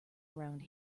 around